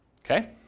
Okay